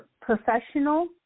professional